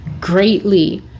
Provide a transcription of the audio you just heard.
greatly